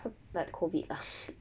ya but COVID lah